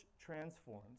transformed